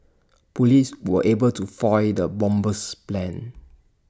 Police were able to foil the bomber's plans